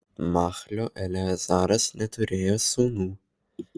machlio eleazaras neturėjo sūnų